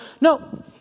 No